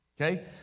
okay